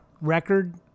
Record